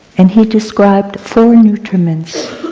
and he described four nutriments.